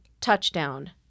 touchdown